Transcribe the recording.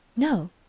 no!